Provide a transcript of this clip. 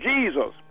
Jesus